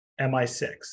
MI6